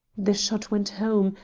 the shot went home,